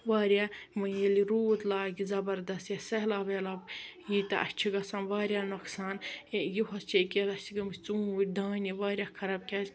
واریاہ وۄنۍ ییٚلہِ روٗد لاگہِ زبَردس یا سہلاب وہلاب ییہِ تہٕ اَسہِ چھُ گَژھان واریاہ نۄقصان یِہُس چھِ ییٚکیاہ اَسہِ چھِ گٔمٕتۍ ژونٹھۍ دانہِ واریاہ خراب کیازِ